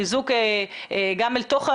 חיזוק גם אל תוך,